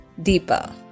Deepa